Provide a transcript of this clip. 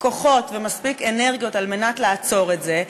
כוחות ומספיק אנרגיות על מנת לעצור את זה.